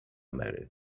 mary